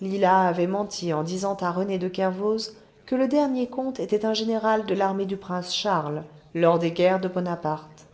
lila avait menti en disant à rené de kervoz que le dernier comte était un général de l'armée du prince charles lors des guerres de bonaparte